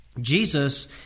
Jesus